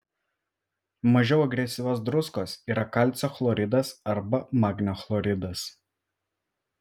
mažiau agresyvios druskos yra kalcio chloridas arba magnio chloridas